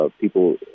people